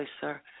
sir